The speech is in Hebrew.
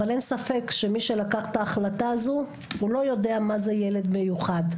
אבל אין ספק שמי שלקח את ההחלטה הזאת הוא לא יודע מה זה ילד מיוחד.